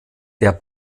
der